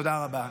תודה רבה.